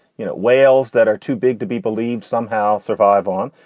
you know, whales that are too big to be believed somehow survive on?